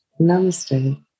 Namaste